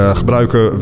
gebruiken